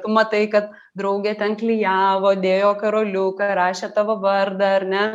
tu matai kad draugė ten klijavo dėjo karoliuką rašė tavo vardą ar ne